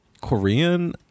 korean